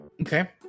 Okay